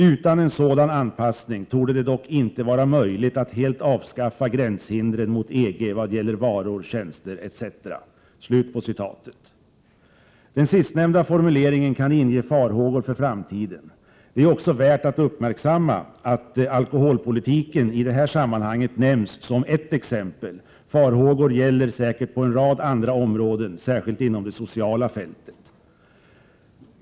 Utan en sådan anpassning torde det dock inte vara möjligt att helt avskaffa gränshindren mot EG vad gäller varor, tjänster etc.” Den sistnämnda formuleringen kan inge farhågor för framtiden. Det är ju också värt att uppmärksamma att alkoholpolitiken nämns som ett exempel; farhågorna gäller säkert på en rad andra områden, särskilt inom det sociala fältet.